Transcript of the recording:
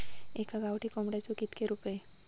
एका गावठी कोंबड्याचे कितके रुपये?